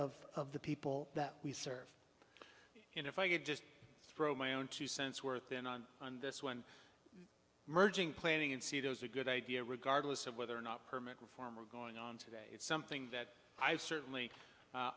benefit of the people that we serve in if i could just throw my own two cents worth in on on this one merging planning and see those a good idea regardless of whether or not permit reform are going on today it's something that i've certainly